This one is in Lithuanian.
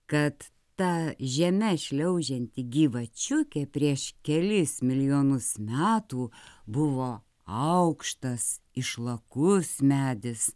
kad ta žeme šliaužiantį gyvačiukė prieš kelis milijonus metų buvo aukštas išlakus medis